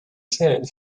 kid